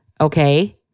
okay